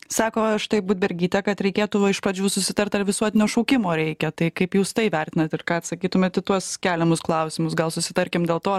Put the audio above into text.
sako štai budbergytė kad reikėtų iš pradžių susitart ar visuotinio šaukimo reikia tai kaip jūs tai vertinat ir ką atsakytumėt į tuos keliamus klausimus gal susitarkim dėl to